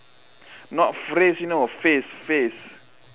not phase you know phase phase